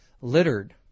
littered